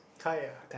Kaya